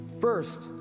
First